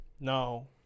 No